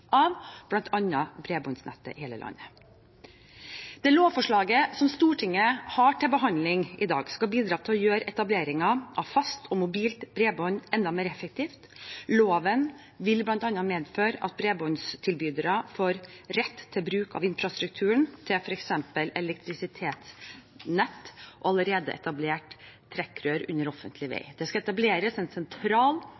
av bl.a. bredbåndsnett i hele landet. Det lovforslaget som Stortinget har til behandling i dag, skal bidra til å gjøre etableringen av fast og mobilt bredbånd enda mer effektiv. Loven vil bl.a. medføre at bredbåndstilbydere får rett til bruk av infrastrukturen til f.eks. elektrisitetsnett og allerede etablerte trekkrør under offentlig